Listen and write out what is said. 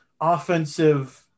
offensive